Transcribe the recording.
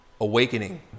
awakening